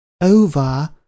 Over